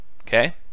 Okay